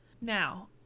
now